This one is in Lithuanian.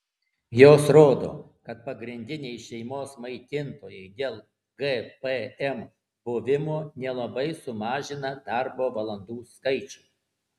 jos rodo kad pagrindiniai šeimos maitintojai dėl gpm buvimo nelabai sumažina darbo valandų skaičių